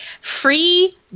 free